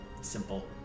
simple